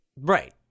Right